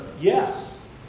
yes